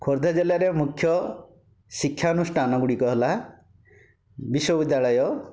ଖୋର୍ଦ୍ଧା ଜିଲ୍ଲାରେ ମୁଖ୍ୟ ଶିକ୍ଷା ଅନୁଷ୍ଠାନ ଗୁଡ଼ିକ ହେଲା ବିଶ୍ଵବିଦ୍ୟାଳୟ